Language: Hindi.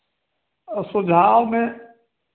सुझाव में